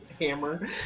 hammer